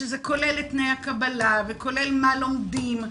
שזה כולל את תנאי הקבלה וכולל מה לומדים.